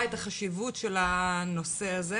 אני עכשיו לשים את נפשי בכפיהם וזה ממש-ממש קריטי.